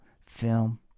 film